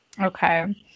Okay